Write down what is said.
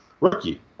rookie